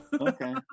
Okay